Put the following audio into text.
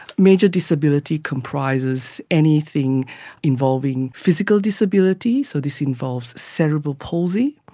major disability comprises anything involving physical disability, so this involves cerebral palsy,